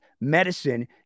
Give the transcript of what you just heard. medicine